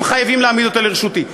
הם חייבים להעמיד אותה לרשותי.